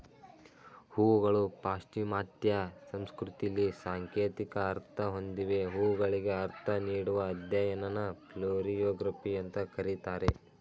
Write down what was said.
ಹೂಗಳು ಪಾಶ್ಚಿಮಾತ್ಯ ಸಂಸ್ಕೃತಿಲಿ ಸಾಂಕೇತಿಕ ಅರ್ಥ ಹೊಂದಿವೆ ಹೂಗಳಿಗೆ ಅರ್ಥ ನೀಡುವ ಅಧ್ಯಯನನ ಫ್ಲೋರಿಯೊಗ್ರಫಿ ಅಂತ ಕರೀತಾರೆ